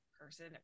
person